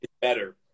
better